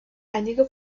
einige